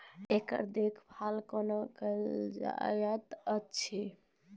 ओकर देखभाल कुना केल जायत अछि?